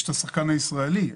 יש את השחקן הישראלי.